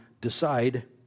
decide